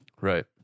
Right